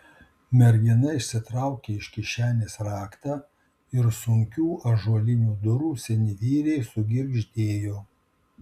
mergina išsitraukė iš kišenės raktą ir sunkių ąžuolinių durų seni vyriai sugirgždėjo